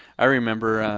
i remember,